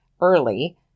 early